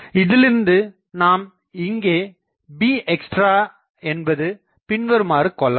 இதிலிருந்து நாம் இங்கேbextra என்பது பின்வருமாறு கொள்ளலாம்